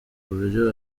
buryo